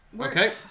Okay